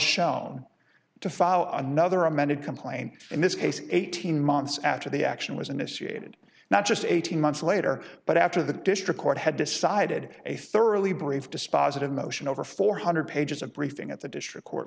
shown to follow another amended complaint in this case eighteen months after the action was initiated not just eighteen months later but after the district court had decided a thoroughly brief dispositive motion over four hundred pages of briefing at the district court